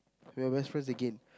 we're best friends again